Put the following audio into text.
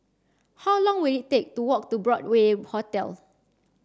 how long will it take to walk to Broadway Hotel